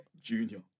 Junior